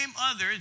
others